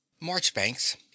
Marchbanks